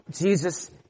jesus